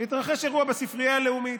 התרחש אירוע בספרייה הלאומית.